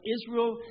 Israel